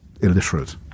illiterate